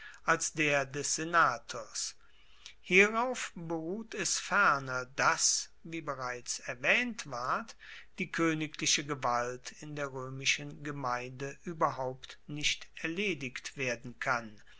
als der des senators hierauf beruht es ferner dass wie bereits erwaehnt ward die koenigliche gewalt in der roemischen gemeinde ueberhaupt nicht erledigt werden kann